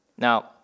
Now